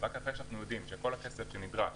רק אחרי שאנחנו יודעים שכל הכסף שנדרש